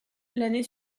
l’année